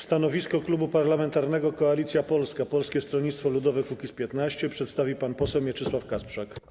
Stanowisko Klubu Parlamentarnego Koalicja Polska - Polskie Stronnictwo Ludowe - Kukiz15 przedstawi pan poseł Mieczysław Kasprzak.